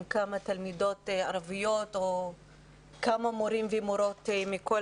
כמה תלמידות ערביות או כמה מורים ומורות מכל